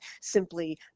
simply